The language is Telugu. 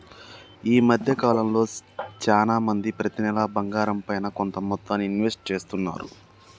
ఈ మద్దె కాలంలో చానా మంది ప్రతి నెలా బంగారంపైన కొంత మొత్తాన్ని ఇన్వెస్ట్ చేస్తున్నారు